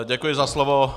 Děkuji za slovo.